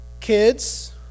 kids